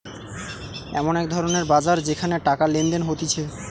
এমন এক ধরণের বাজার যেখানে টাকা লেনদেন হতিছে